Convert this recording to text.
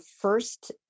first